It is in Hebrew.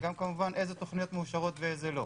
וגם כמובן איזה תוכניות מאושרות ואיזה לא.